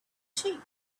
sheep